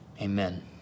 Amen